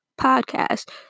podcast